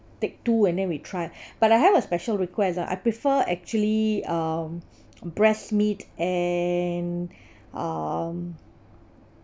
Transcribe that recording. take two and then we try but I have a special request ah I prefer actually um breast meat and um